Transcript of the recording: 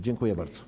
Dziękuję bardzo.